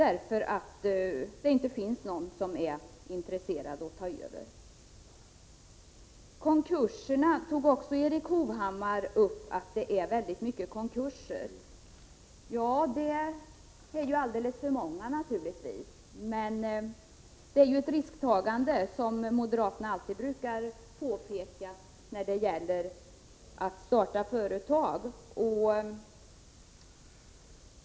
Erik Hovhammar pekade också på att det förekommer väldigt många konkurser. Ja, det är naturligtvis alldeles för många. Men att starta företag är ett risktagande, som moderaterna alltid brukar påpeka.